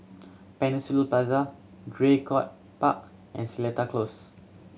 Peninsula Plaza Draycott Park and Seletar Close